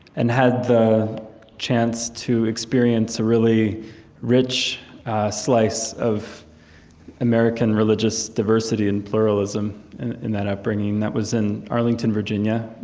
and had the chance to experience a really rich slice of american religious diversity and pluralism in that upbringing. that was in arlington, virginia,